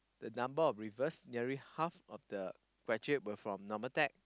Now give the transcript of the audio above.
the number of reverse nearly half of the graduate were from normal tech